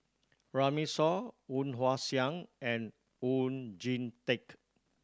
Runme Shaw Woon Wah Siang and Oon Jin Teik